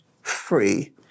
free